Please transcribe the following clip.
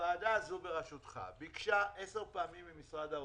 הוועדה הזו בראשותך ביקשה עשר פעמים ממשרד האוצר: